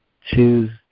choose